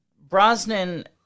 Brosnan